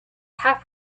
half